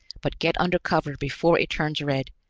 but get under cover before it turns red,